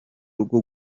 rwo